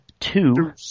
two